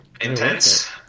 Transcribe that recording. Intense